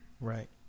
Right